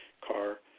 car